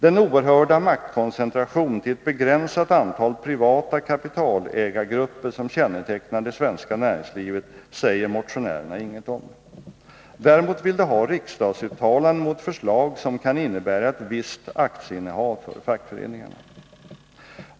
Den oerhörda maktkoncentration till ett begränsat antal privata kapitalägargrupper som kännetecknar det svenska näringslivet säger motionärerna inget om. Däremot vill de ha riksdagsuttalande mot förslag, som kan innebära ett visst aktieinnehav för fackföreningarna.